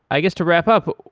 i guess to wrap up,